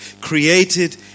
created